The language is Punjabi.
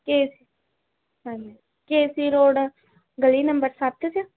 ਕੇ ਹਾਂਜੀ ਕੇ ਸੀ ਰੋਡ ਗਲੀ ਨੰਬਰ ਸੱਤ 'ਚ